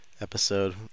episode